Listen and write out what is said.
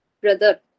brother